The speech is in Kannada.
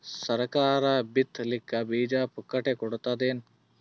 ಸರಕಾರ ಬಿತ್ ಲಿಕ್ಕೆ ಬೀಜ ಪುಕ್ಕಟೆ ಕೊಡತದೇನು?